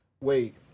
Wait